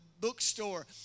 Bookstore